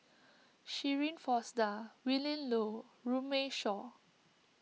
Shirin Fozdar Willin Low and Runme Shaw